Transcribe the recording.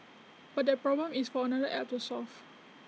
but that problem is for another app to solve